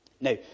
Now